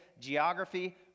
geography